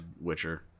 Witcher